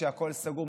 כשהכול סגור,